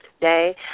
today